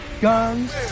Guns